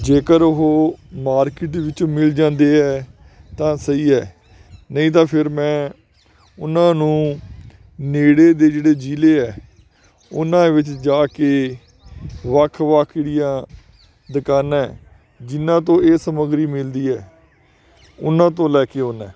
ਜੇਕਰ ਉਹ ਮਾਰਕੀਟ ਵਿੱਚੋਂ ਮਿਲ ਜਾਂਦੇ ਹੈ ਤਾਂ ਸਹੀ ਹੈ ਨਹੀਂ ਤਾਂ ਫਿਰ ਮੈਂ ਉਹਨਾਂ ਨੂੰ ਨੇੜੇ ਦੇ ਜਿਹੜੇ ਜ਼ਿਲ੍ਹੇ ਹੈ ਉਹਨਾਂ ਵਿੱਚ ਜਾ ਕੇ ਵੱਖ ਵੱਖ ਜਿਹੜੀਆਂ ਦੁਕਾਨਾਂ ਜਿਹਨਾਂ ਤੋਂ ਇਹ ਸਮਗਰੀ ਮਿਲਦੀ ਹੈ ਉਹਨਾਂ ਤੋਂ ਲੈ ਕੇ ਆਉਂਦਾ